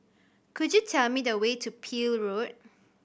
could you tell me the way to Peel Road